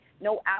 No